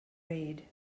raid